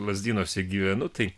lazdynuose gyvenu tai